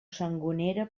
sangonera